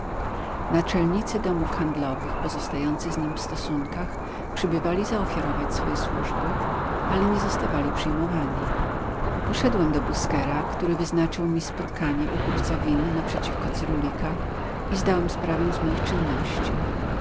wpuszczać naczelnicy domów handlowych pozostający z nim w stosunkach przybywali zaofiarować swoje służby ale nie zostawali przyjmowani poszedłem do busquera który wyznaczył mi spotkanie u kupca win naprzeciwko cyrulika i zdałem sprawę z moich czynności